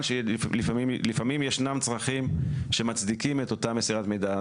שלפעמים ישנם צרכים שמצדיקים את אותה מסירת מידע.